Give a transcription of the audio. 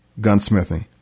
gunsmithing